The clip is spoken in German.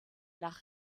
nach